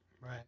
Right